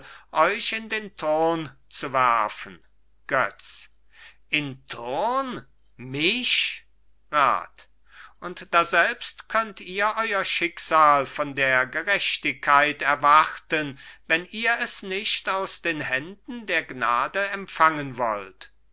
euch in den turn zu werfen götz in turn mich rat und daselbst könnt ihr euer schicksal von der gerechtigkeit erwarten wenn ihr es nicht aus den händen der gnade empfangen wollt